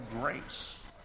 grace